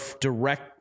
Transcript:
direct